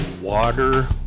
Water